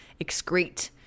excrete